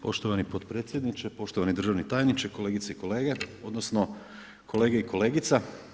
Poštovani potpredsjedniče, poštovani državni tajniče, kolegice i kolege, odnosno kolege i kolegica.